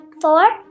four